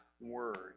Word